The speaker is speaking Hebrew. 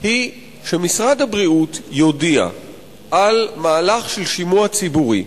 היא שמשרד הבריאות יודיע על מהלך של שימוע ציבורי,